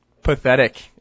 pathetic